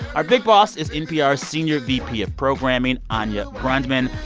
our big boss is npr's senior vp of programming anya grundmann.